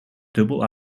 dubbel